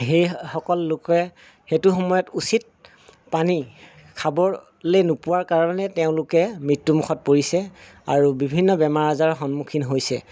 সেইসকল লোকে সেইটো সময়ত উচিত পানী খাবলৈ নোপোৱাৰ কাৰণে তেওঁলোকে মৃত্যুমুখত পৰিছে আৰু বিভিন্ন বেমাৰ আজাৰৰ সন্মুখীন হৈছে